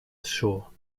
shaw